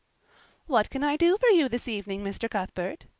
what can i do for you this evening, mr. cuthbert?